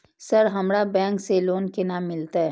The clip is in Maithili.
सर हमरा बैंक से लोन केना मिलते?